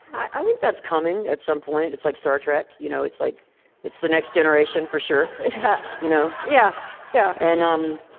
i think that's coming at some point. it's like star trek, you know? it's like it's the next generation, for sure you know yeah yeah and um